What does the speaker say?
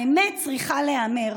האמת צריכה להיאמר: